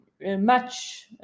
match